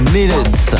minutes